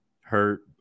hurt